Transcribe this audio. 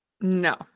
No